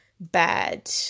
bad